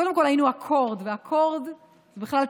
קודם כול, היינו אקורד, ואקורד הוא בכלל תצליל,